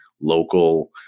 local